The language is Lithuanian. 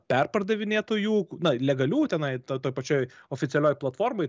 perpardavinėtojų na legalių tenai ta toj pačioj oficialioj platformoj